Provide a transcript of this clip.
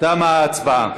תמה ההצבעה.